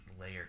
layer